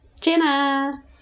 Jenna